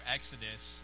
Exodus